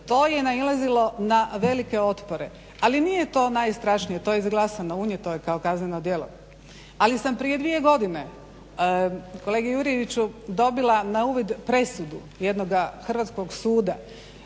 to je nailazilo na velike otpore. Ali nije to najstrašnije to je izglasano unijeto je kao kazneno djelo, ali sam prije dvije godine kolega Jurjeviću dobila na uvid presudu jednoga hrvatskog suda